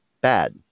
bad